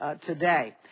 today